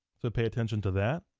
so pay attention to that.